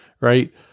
right